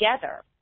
together